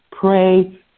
pray